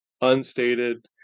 unstated